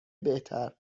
بهتر